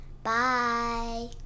Bye